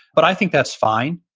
but i think that's fine.